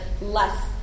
less